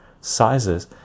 sizes